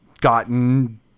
gotten